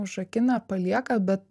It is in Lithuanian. užrakina palieka bet